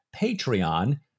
Patreon